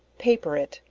paper it,